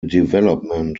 development